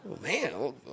man